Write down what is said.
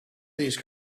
these